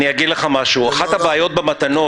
אני אגיד לך משהו אחת הבעיות במתנות